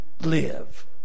live